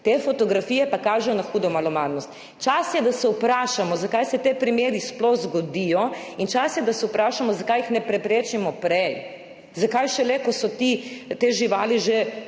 te fotografije pa kažejo na hudo malomarnost. Čas je, da se vprašamo, zakaj se ti primeri sploh zgodijo in čas je, da se vprašamo, zakaj jih ne preprečimo prej, zakaj šele, ko so ti, te živali že